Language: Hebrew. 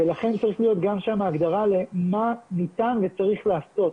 ולכן צריכה להיות גם שם הגדרה מה ניתן וצריך לעשות.